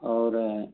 और